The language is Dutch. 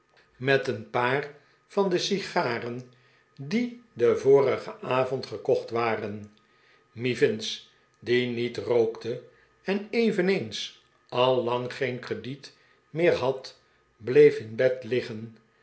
met een paar van de sigaren die den vorigen avond gekocht waren mivins die niet ropkte en eveneens al lang geen crediet meer had bleef in bed liggen